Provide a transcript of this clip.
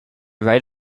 right